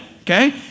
Okay